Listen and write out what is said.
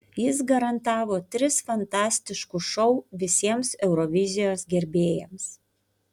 jis garantavo tris fantastiškus šou visiems eurovizijos gerbėjams